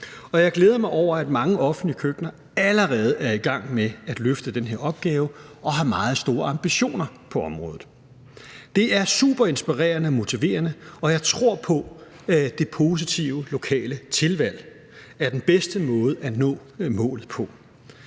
jeg glæder mig over, at mange offentlige køkkener allerede er i gang med at løfte den her opgave og har meget store ambitioner på området. Det er superinspirerende og motiverende, og jeg tror på, at det positive lokale tilvalg er den bedste måde at nå målet på.